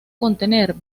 contener